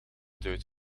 duit